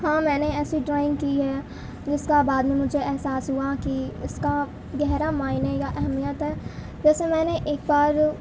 ہاں میں نے ایسی ڈارائینگ کی ہے جس کا بعد میں مجھے احساس ہوا کہ اس کا گہرا معنے یا اہمیت ہے ویسے میں نے ایک بار